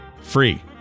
free